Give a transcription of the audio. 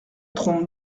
trompe